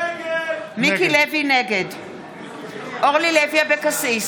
נגד אורלי לוי אבקסיס,